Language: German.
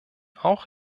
auch